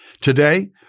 Today